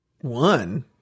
One